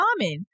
common